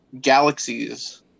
galaxies